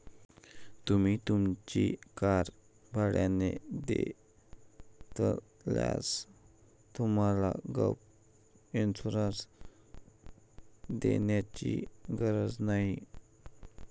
तुम्ही तुमची कार भाड्याने घेतल्यास तुम्हाला गॅप इन्शुरन्स घेण्याची गरज नाही